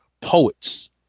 Poets